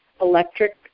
electric